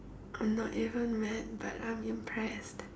I'm not even mad but I'm impressed